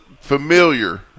familiar